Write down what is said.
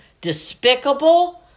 despicable